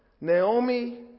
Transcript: Naomi